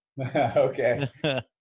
okay